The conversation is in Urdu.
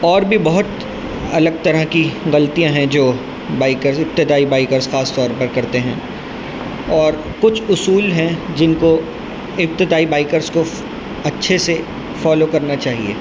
اور بھی بہت الگ طرح کی غلطیاں ہیں جو بائکرس ابتدائی بائکرس خاص طور پر کرتے ہیں اور کچھ اصول ہیں جن کو ابتدائی بائکرس کو اچھے سے فالو کرنا چاہیے